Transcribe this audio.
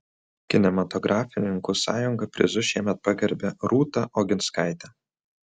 kinematografininkų sąjunga prizu šiemet pagerbė rūta oginskaitę